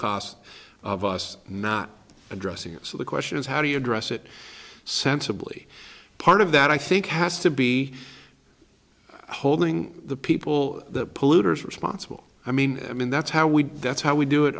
cost of us not addressing it so the question is how do you address it sensibly part of that i think has to be holding the people that polluters responsible i mean i mean that's how we that's how we do it